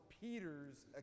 Peter's